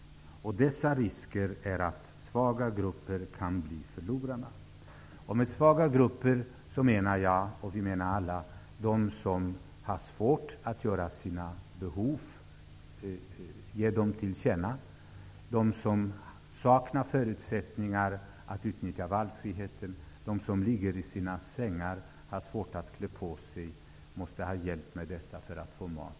Svaga grupper kan bli förlorare. Med svaga grupper menar vi alla dem som har svårt att ge sina behov till känna, de som saknar förutsättningar att utnyttja valfriheten, de som ligger i sina sängar, har svårt att klä på sig och måste ha hjälp för att få mat.